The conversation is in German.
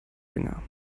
länger